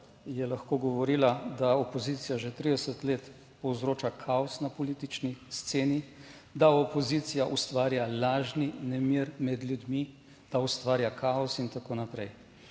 je lahko govorila, da opozicija že 30 let povzroča kaos na politični sceni, da opozicija ustvarja lažni nemir med ljudmi, da ustvarja kaos in tako naprej.